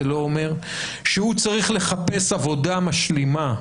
זה לא אומר, כשהוא צריך לחפש עבודה משלימה.